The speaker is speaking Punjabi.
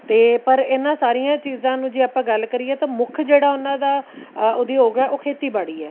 ਅਤੇ ਪਰ ਇਹਨਾਂ ਸਾਰੀਆਂ ਚੀਜ਼ਾਂ ਨੂੰ ਜੇ ਆਪਾਂ ਗੱਲ ਕਰੀਏ ਤਾਂ ਮੁੱਖ ਜਿਹੜਾ ਉਹਨਾਂ ਦਾ ਉਦਯੋਗ ਹੈ ਉਹ ਖੇਤੀਬਾੜੀ ਹੈ